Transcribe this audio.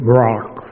rock